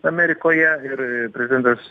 amerikoje ir prezidentas